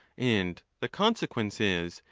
and the conse quence is,